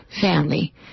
family